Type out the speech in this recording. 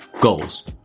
Goals